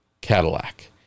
Cadillac